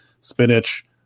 spinach